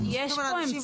אנחנו סומכים על האנשים,